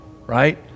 right